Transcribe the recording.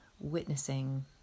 witnessing